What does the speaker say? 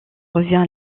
revient